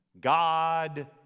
God